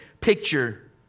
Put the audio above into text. picture